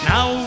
Now